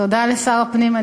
תודה לשר הפנים,